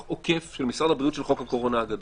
מהלך עוקף של משרד הבריאות של חוק הקורונה הגדול.